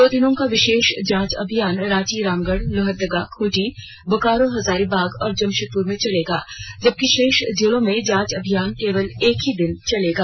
दो दिनों का विर्शेष जांच अभियान रांची रामगढ़ लोहरदगा खूंटी बोकारो हजारीबाग और जमशेदपुर में चलेगा जबकि शेष जिलों में जांच अभियान केवल एक ही दिन चलेगा